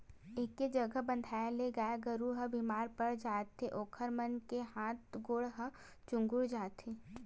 एके जघा बंधाए ले गाय गरू ह बेमार पड़ जाथे ओखर मन के हात गोड़ ह चुगुर जाथे